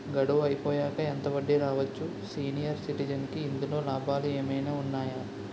గడువు అయిపోయాక ఎంత వడ్డీ రావచ్చు? సీనియర్ సిటిజెన్ కి ఇందులో లాభాలు ఏమైనా ఉన్నాయా?